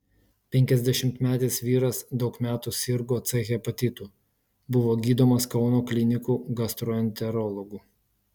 penkiasdešimtmetis vyras daug metų sirgo c hepatitu buvo gydomas kauno klinikų gastroenterologų